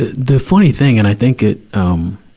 ah the funny thing, and i think it, um,